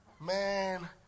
man